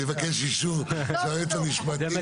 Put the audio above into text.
אני מבקש אישור שהיועץ המשפטי אמר את זה.